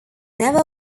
never